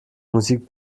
musik